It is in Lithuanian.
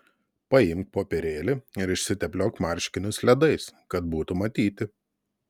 paimk popierėlį ir išsitepliok marškinius ledais kad būtų matyti